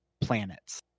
planets